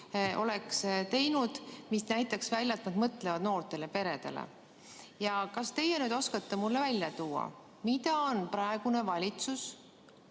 oleks teinud, mis näitaks välja, et nad mõtlevad noortele peredele. Kas teie oskate mulle öelda, mida on praegune valitsus